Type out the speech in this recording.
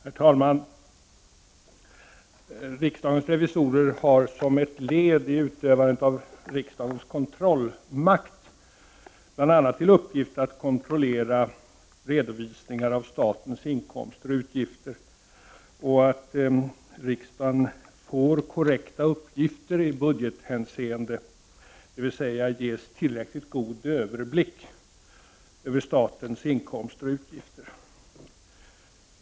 Herr talman! Riksdagens revisorer har som ett led i utövandet av riksdagens kontrollmakt bl.a. till uppgift att kontrollera redovisningar av statens inkomster och utgifter så att riksdagen får korrekta uppgifter i budgethänseende, dvs. ges tillräckligt god överblick över statens inkomster och utgifter.